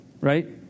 right